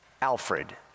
Alfred